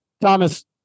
Thomas